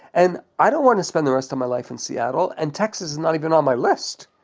and i don't want to spend the rest of my life in seattle. and texas is not even on my list.